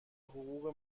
حقوق